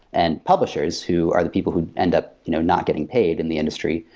and publishers who are the people who end up you know not getting paid in the industry,